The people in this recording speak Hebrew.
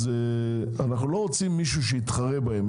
אז אנחנו לא רוצים מישהו שיתחרה בהם.